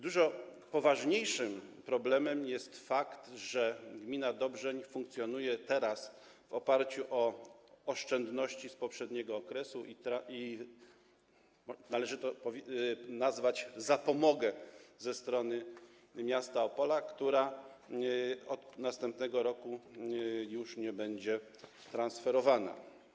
Dużo poważniejszym problemem jest fakt, że gmina Dobrzeń funkcjonuje teraz w oparciu o oszczędności z poprzedniego okresu i - należy tak to nazwać - zapomogę ze strony miasta Opola, która od następnego roku już nie będzie transferowana.